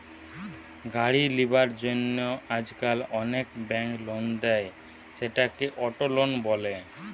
গাড়ি লিবার জন্য আজকাল অনেক বেঙ্ক লোন দেয়, সেটাকে অটো লোন বলে